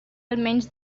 almenys